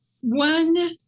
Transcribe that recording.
one